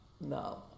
No